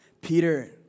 Peter